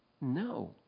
No